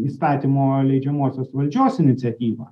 įstatymo leidžiamosios valdžios iniciatyvą